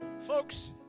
folks